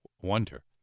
wonder